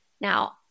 Now